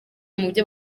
mubyo